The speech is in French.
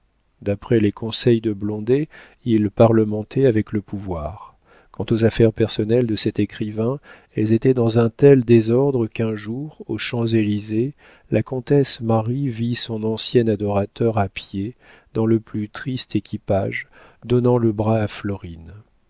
d'après les conseils de blondet il parlementait avec le pouvoir quant aux affaires personnelles de cet écrivain elles étaient dans un tel désordre qu'un jour aux champs-élysées la comtesse marie vit son ancien adorateur à pied dans le plus triste équipage donnant le bras à florine